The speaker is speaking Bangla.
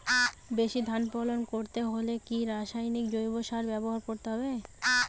বেশি ধান ফলন করতে হলে কি রাসায়নিক জৈব সার ব্যবহার করতে হবে?